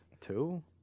Two